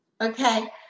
Okay